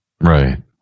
Right